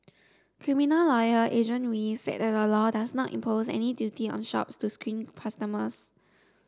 criminal lawyer Adrian Wee said that the law does not impose any duty on shops to screen customers